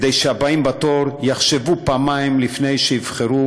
כדי שהבאים בתור יחשבו פעמיים לפני שיבחרו